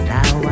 Now